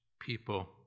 people